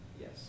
Yes